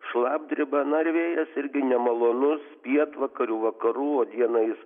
šlapdriba na ir vėjas irgi nemalonus pietvakarių vakarų o dieną jis